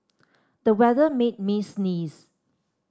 the weather made me sneeze